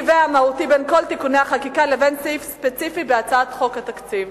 והמהותי בין כל תיקוני החקיקה לבין סעיף ספציפי בהצעת חוק התקציב.